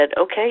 okay